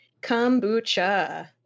Kombucha